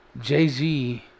Jay-Z